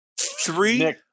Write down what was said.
Three